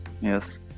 yes